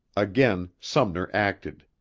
again sumner acted.